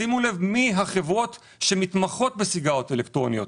שימו לב מי החברות שמתמחות בסיגריות אלקטרוניות,